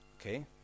okay